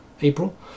April